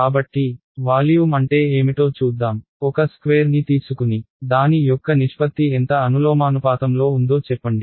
కాబట్టి వాల్యూమ్ అంటే ఏమిటో చూద్దాంఒక స్క్వేర్ ని తీసుకుని దాని యొక్క నిష్పత్తి ఎంత అనులోమానుపాతంలో ఉందో చెప్పండి